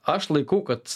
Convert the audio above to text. aš laikau kad